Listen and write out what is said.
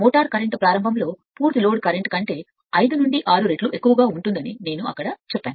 motor current ప్రారంభంలో పూర్తి load current కంటే 5 నుండి 6 రెట్లు పెద్దదిగా ఉంటుందని నేను అక్కడ చెప్పాను